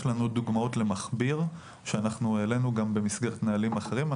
יש דוגמאות למכביר שהועלו גם במסגרת נהלים אחרים,